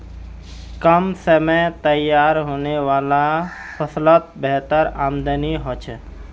कम समयत तैयार होने वाला ला फस्लोत बेहतर आमदानी होछे